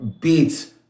beats